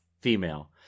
female